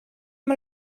amb